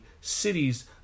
cities